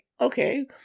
okay